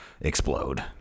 explode